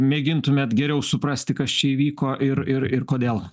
mėgintumėt geriau suprasti kas čia įvyko ir ir ir kodėl